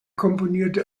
komponierte